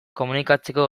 komunikatzeko